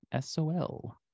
SOL